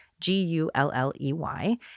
G-U-L-L-E-Y